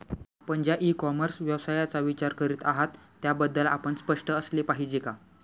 आपण ज्या e commerce व्यवसायाचा विचार करीत आहात त्याबद्दल आपण स्पष्ट असले पाहिजे का?